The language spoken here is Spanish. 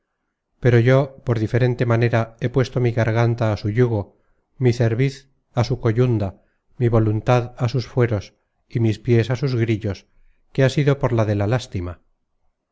pero yo por diferente manera he puesto mi garganta á su yugo mi cerviz á sú toyunda mi vo luntad á sus fueros y mis piés á sus grillos que ha sido por la de la lástima